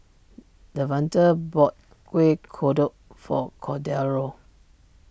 Devante bought Kuih Kodok for Cordero